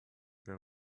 wäre